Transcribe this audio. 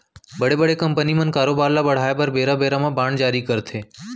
बड़े बड़े कंपनी मन कारोबार ल बढ़ाय बर बेरा बेरा म बांड जारी करथे